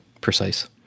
precise